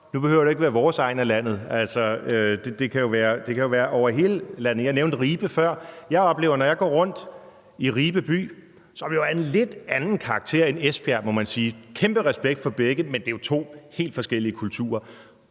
Nu behøver det ikke at være i vores egn af landet; altså, det kan jo være over hele landet. Jeg nævnte Ribe før. Jeg oplever, når jeg går rundt i Ribe by, som jo har en lidt anden karakter end Esbjerg, må man sige – og kæmpe respekt for begge, men det er jo to helt forskellige kulturer